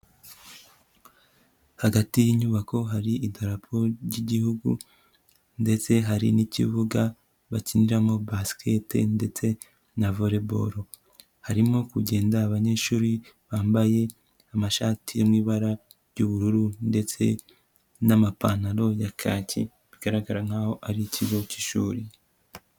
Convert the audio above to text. Hagati y'inyubako hari idarapo ry'igihugu, ndetse hari n'ikibuga bakiniramo basikete ndetse na volleyball, harimo kugenda abanyeshuri bambaye amashati yo mu ibara ry'ubururu ndetse n'amapantaro ya kaki bigaragara nkaho ari ikigo cy'ishuri.